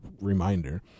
reminder